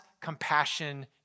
compassion